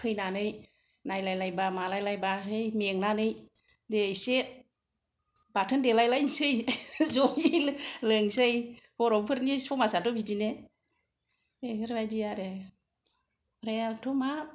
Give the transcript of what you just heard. फैनानै नायलाय लायबा मालाय लायबाहाय होइ मेंनानै दे एसे बाथोन देलाय लायसै ज'यै लोंसै बर'फोरनि समाजाथ' बिदिनो बेफोरबायदि आरो नायाबोथ' मा